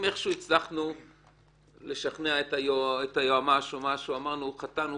איכשהו הצלחנו לשכנע את היועמ"ש אמרנו חטאנו,